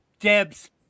deb's